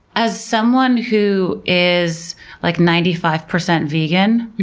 as someone who is like ninety five percent vegan